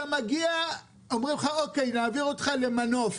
אתה מגיע, אומרים לך, אוקיי, נעביר אותך למנוף.